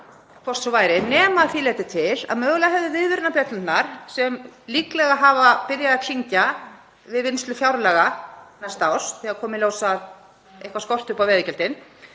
hvort svo væri nema að því leyti að mögulega hefðu viðvörunarbjöllurnar, sem líklega hafa byrjað að klingja við vinnslu fjárlaga næsta árs þegar kom í ljós að eitthvað skorti upp á veiðigjöldin